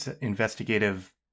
investigative